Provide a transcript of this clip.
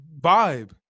vibe